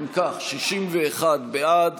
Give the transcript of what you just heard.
אם כך, 61 בעד,